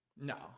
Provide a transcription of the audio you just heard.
No